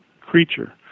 creature